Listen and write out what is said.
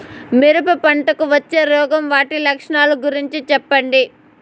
మిరప పంటకు వచ్చే రోగం వాటి లక్షణాలు గురించి చెప్పండి?